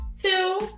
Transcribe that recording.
two